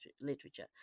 literature